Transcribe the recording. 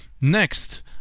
next